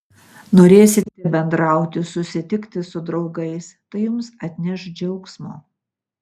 norėsite bendrauti susitikti su draugais tai jums atneš džiaugsmo